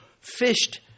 fished